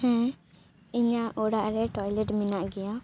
ᱦᱮᱸ ᱤᱧᱟᱜ ᱚᱲᱟᱜ ᱨᱮ ᱴᱚᱭᱞᱮᱴ ᱢᱮᱱᱟᱜ ᱜᱮᱭᱟ